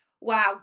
wow